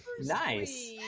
nice